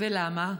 ולמה?